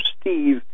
Steve